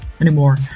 anymore